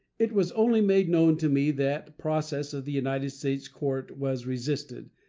it was only made known to me that process of the united states court was resisted,